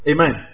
Amen